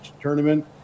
tournament